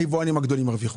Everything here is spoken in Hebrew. היבואנים הגדולים ירוויחו.